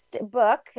book